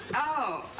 oh.